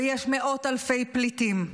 ויש מאות אלפי פליטים.